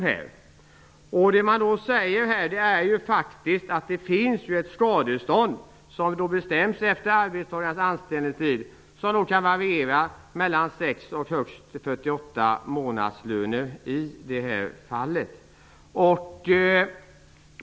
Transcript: I propositionen säger man att det faktiskt finns ett skadestånd som skall betalas till arbetstagaren, och det skall bestämmas efter arbetstagarens anställningtid. Skadeståndet kan variera mellan minst 6 och högst 48 månadslöner.